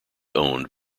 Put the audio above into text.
owned